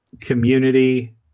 Community